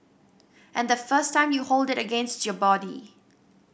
and the first time you hold it against your body